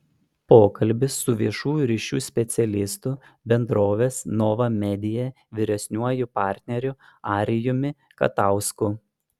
pokalbis su viešųjų ryšių specialistu bendrovės nova media vyresniuoju partneriu arijumi katausku